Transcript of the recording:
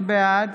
בעד